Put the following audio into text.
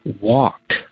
walked